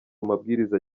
amabwiriza